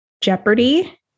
Jeopardy